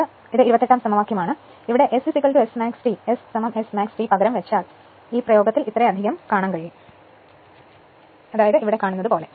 ഇപ്പോൾ S Smax T പകരം വയ്ക്കുകയാണെങ്കിൽ ഈ പ്രയോഗത്തിൽ ഇത്രയധികമുണ്ട്